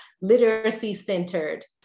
literacy-centered